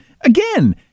again